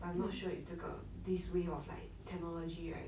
but I'm not sure if 这个 this way of like technology right